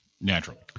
Naturally